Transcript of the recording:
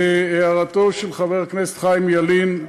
להערתו של חבר הכנסת חיים ילין,